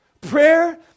Prayer